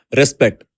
respect